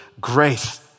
grace